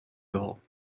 goal